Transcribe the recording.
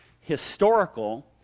historical